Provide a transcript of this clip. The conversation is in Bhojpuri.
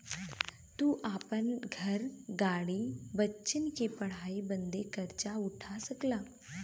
तू आपन घर, गाड़ी, बच्चन के पढ़ाई बदे कर्जा उठा सकला